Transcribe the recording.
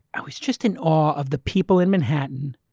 i was just in awe of the people in manhattan,